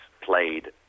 played